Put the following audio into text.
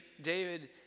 david